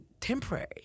temporary